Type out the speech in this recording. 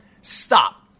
stop